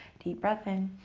deep breath in,